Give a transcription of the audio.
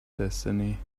destiny